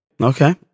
Okay